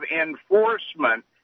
enforcement